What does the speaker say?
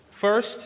First